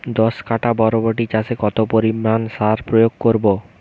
দশ কাঠা বরবটি চাষে কত পরিমাণ সার প্রয়োগ করব?